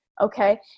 okay